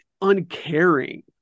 uncaring